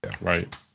Right